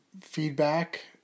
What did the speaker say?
feedback